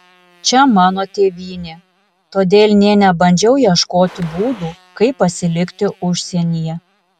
čia mano tėvynė todėl nė nebandžiau ieškoti būdų kaip pasilikti užsienyje